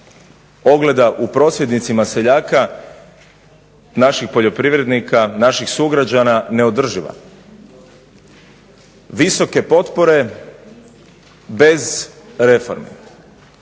ogleda u prosvjednicima seljaka, naših naših poljoprivrednika, naših sugrađana neodrživa. Visoke potpore bez reformi.